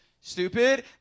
stupid